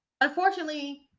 unfortunately